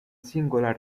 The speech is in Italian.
singola